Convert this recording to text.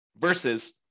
versus